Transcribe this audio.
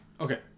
Okay